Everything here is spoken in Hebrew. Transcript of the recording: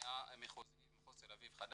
מחוזי במחוז תל אביב, חדש,